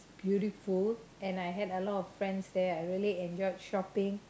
beautiful and I had a lot of friends there I really enjoyed shopping